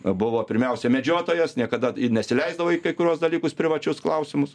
buvo pirmiausia medžiotojas niekada nesileisdavo į kai kuriuos dalykus privačius klausimus